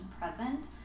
present